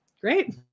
great